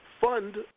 fund